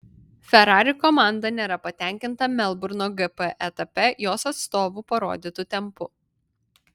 ferrari komanda nėra patenkinta melburno gp etape jos atstovų parodytu tempu